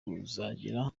kizagera